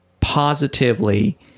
positively